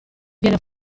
viene